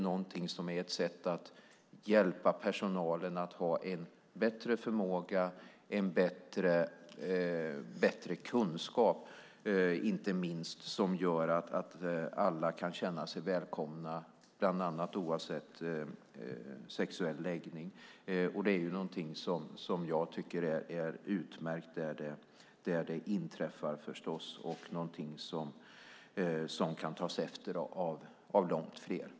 Det är ett sätt att hjälpa personalen till bättre förmåga och större kunskap så att alla ska kunna känna sig välkomna oavsett bland annat sexuell läggning. Det är förstås utmärkt att certifieringen finns och något som kan tas efter av långt fler.